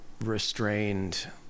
restrained